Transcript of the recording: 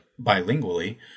bilingually